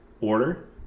order